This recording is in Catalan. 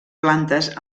plantes